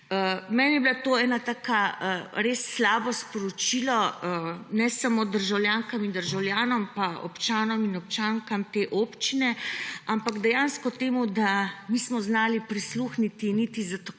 Meni je bilo to eno tako res slabo sporočilo ne samo državljankam in državljanom pa občanom in občankam te občine, ampak dejansko temu, da nismo znali prisluhniti niti za tako